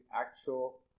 actual